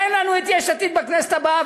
אין לנו יש עתיד בכנסת הבאה,